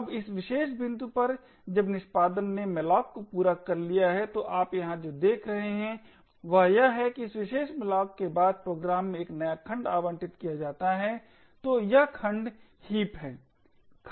अब इस विशेष बिंदु पर जब निष्पादन ने malloc को पूरा कर लिया है तो आप यहां जो देख रहे हैं वह यह है कि इस विशेष malloc के बाद प्रोग्राम में एक नया खंड आवंटित किया जाता है तो यह खंड हीप है